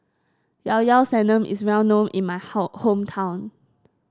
Llao Llao Sanum is well known in my how hometown